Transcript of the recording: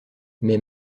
mais